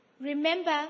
Remember